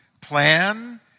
plan